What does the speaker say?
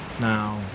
Now